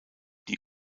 die